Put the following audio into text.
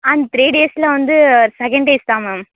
ஆ three டேஸ்சில் வந்து second days தான் மேம்